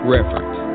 Reference